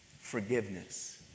Forgiveness